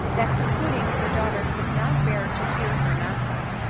that, concluding her daughter could not bear to hear her nonsense,